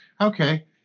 okay